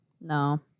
no